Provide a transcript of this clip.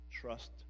trust